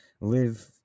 live